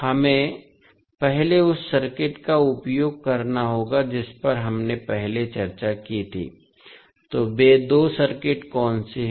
हमें पहले उस सर्किट का उपयोग करना होगा जिस पर हमने पहले चर्चा की थी तो वे दो सर्किट कौन से हैं